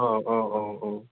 अह अह आव आव